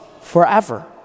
forever